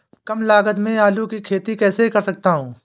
कम लागत में आलू की खेती कैसे कर सकता हूँ?